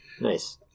Nice